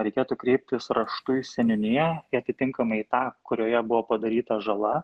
reikėtų kreiptis raštu į seniūniją į atitinkamą į tą kurioje buvo padaryta žala